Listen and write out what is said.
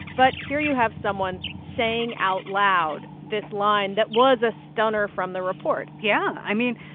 but here you have someone saying out loud this line that was a stunner from the report yeah. i mean,